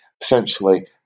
Essentially